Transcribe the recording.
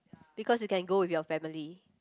because you can go with your family